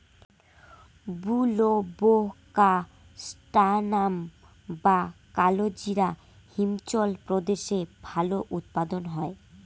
বুলবোকাস্ট্যানাম বা কালোজিরা হিমাচল প্রদেশে ভালো উৎপাদন হয়